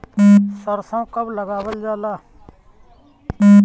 सरसो कब लगावल जाला?